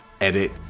edit